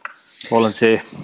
volunteer